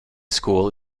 school